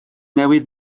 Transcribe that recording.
newydd